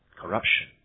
corruption